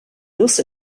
also